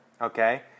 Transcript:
okay